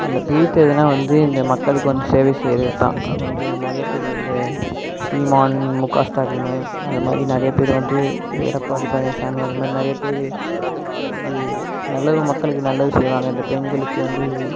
அந்த பிடித்ததுனா வந்து இந்த மக்களுக்கு வந்து சேவை செய்யறது தான் வந்து நிறைய பேர் இந்த சீமான் மு க ஸ்டாலின் அந்த மாதிரி நிறைய பேரு வந்து எடப்பாடி பழனிசாமி அதை மாதிரி நிறைய பேர் இது நல்லதும் மக்களுக்கு நல்லது செய்வாங்க இந்த பெண்களுக்கு வந்து